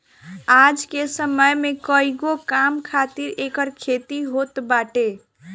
आज के समय में कईगो काम खातिर एकर खेती होत बाटे